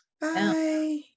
Bye